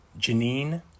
Janine